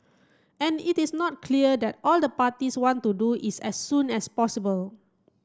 and it is not clear that all the parties want to do is as soon as possible